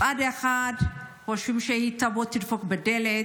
מצד אחד חושבים שהיא תבוא ותדפוק בדלת,